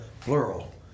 plural